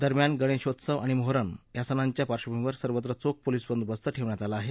दरम्यान गणेशोत्सव आणि मोहरम या सणांच्या पार्वभूमीवर सर्वत्र चोख पोलिस बंदोबस्त ठेवण्यात आला आहे